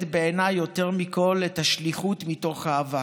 בעיניי יותר מכול את השליחות מתוך אהבה,